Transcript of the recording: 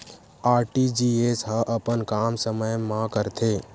RTGS ह अपन काम समय मा करथे?